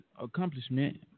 accomplishment